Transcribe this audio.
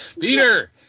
Peter